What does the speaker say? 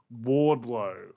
Wardlow